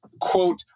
quote